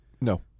No